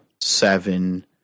seven